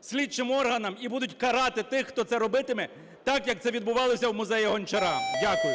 слідчим органам, і будуть карати тих, хто це робитиме, так як це відбувалося в музеї Гончара. Дякую.